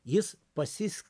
jis pasis